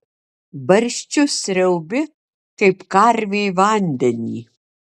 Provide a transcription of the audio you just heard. barščius sriaubi kaip karvė vandenį